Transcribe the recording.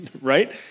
right